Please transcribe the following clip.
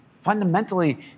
Fundamentally